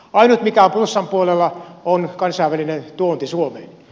ainut mikä on plussan puolella on kansainvälinen tuonti suomeen